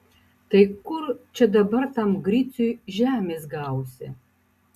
tai kur čia dabar tam griciui žemės gausi